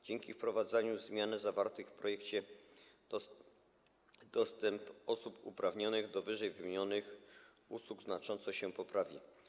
Dzięki wprowadzeniu zmian zawartych w projekcie dostęp osób uprawnionych do ww. usług znacząco się poprawi.